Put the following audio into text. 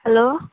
hello